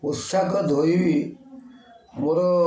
ପୋଷାକ ଧୋଇବି ମୋର